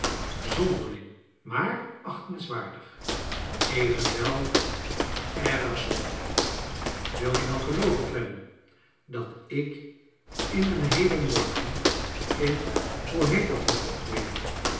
zonderling inaar achtens waar dig evenwel erg zonderling wil je wel gelooven clennam dat ik in een heelen morgen in hoe heet dat hof ook weer